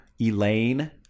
Elaine